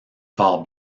fort